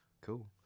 cool